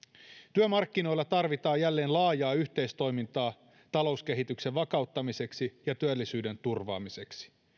työmarkkinoilla tarvitaan jälleen laajaa yhteistoimintaa talouskehityksen vakauttamiseksi ja työllisyyden turvaamiseksi